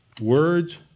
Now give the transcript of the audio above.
words